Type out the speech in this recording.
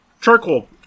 charcoal